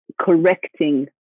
correcting